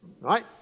Right